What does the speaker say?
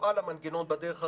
יופעל המנגנון בדרך הרגילה.